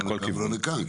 לא לכאן ולא לכאן,